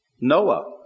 Noah